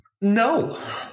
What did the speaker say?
No